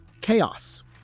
chaos